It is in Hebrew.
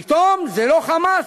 פתאום זה לא "חמאס",